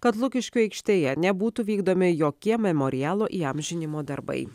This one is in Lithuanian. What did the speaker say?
kad lukiškių aikštėje nebūtų vykdomi jokie memorialo įamžinimo darbai